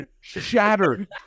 Shattered